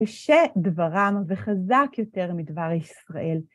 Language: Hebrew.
קשה דברם וחזק יותר מדבר ישראל.